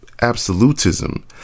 absolutism